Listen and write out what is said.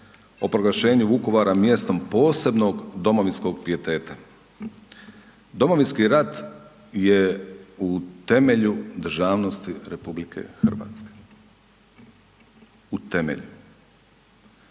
o proglašenju Vukovara mjestom posebnog domovinskog pijeteta. Domovinski rat je u temelju državnosti RH, u temelju